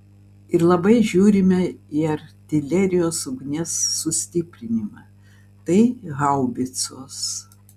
ir labai žiūrime į artilerijos ugnies sustiprinimą tai haubicos